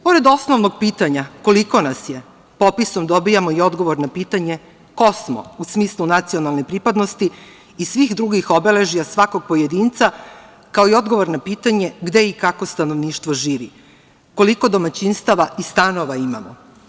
Pored osnovnog pitanja koliko nas je, popisom dobijamo i odgovor na pitanje ko smo, a u smislu nacionalne pripadnosti i svih drugih obeležja svakog pojedinca, kao i odgovor na pitanje gde i kako stanovništvo živi, koliko domaćinstava i stanova imamo.